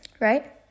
right